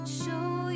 show